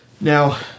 Now